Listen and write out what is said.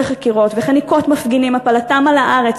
חקירות וחניקת מפגינים והפלתם על הארץ,